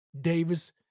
Davis